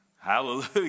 Hallelujah